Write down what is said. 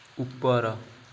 ଉପର